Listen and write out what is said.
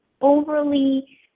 overly